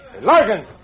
Larkin